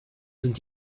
sind